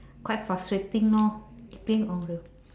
quite frustrating lor keeping all the